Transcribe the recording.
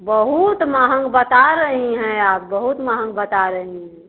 बहुत महंग बता रही हैं आप बहुत महंग बता रही हैं